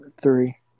three